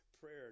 prayer